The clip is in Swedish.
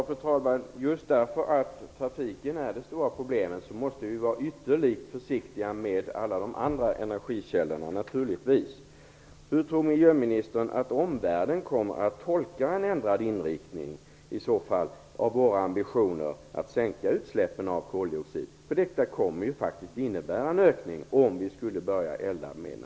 Fru talman! Just därför att trafiken är det stora problemet måste vi vara ytterligt försiktiga med alla de andra energikällorna. Hur tror miljöministern att omvärlden kommer att tolka en ändrad inriktning av våra ambitioner att sänka utsläppen av koldioxid? Att börja elda med fossilgas skulle ju faktiskt innebära en ökning av utsläppen.